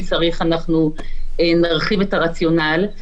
ואם צריך אנחנו נרחיב את הרציונל.